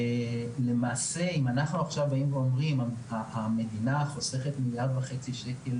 אם אנחנו אומרים עכשיו שהמדינה חוסכת מיליארד וחצי שקל